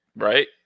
Right